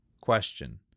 Question